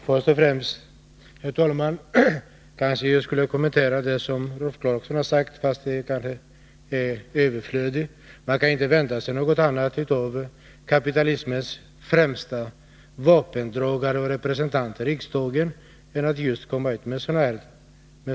Herr talman! Jag borde kanske kommentera vad Rolf Clarkson senast sade, men jag finner det i stort sett överflödigt. Man kan inte vänta sig annat än sådana uttalanden av kapitalismens främste vapendragare och representant här i riksdagen.